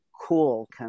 cool